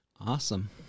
Awesome